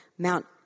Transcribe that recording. Mount